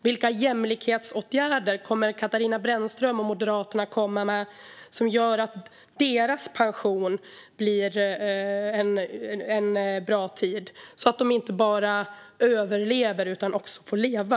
Vilka jämlikhetsåtgärder kommer Katarina Brännström och Moderaterna att komma med som gör att deras pensionstid blir en bra tid, så att de inte bara överlever utan också får leva?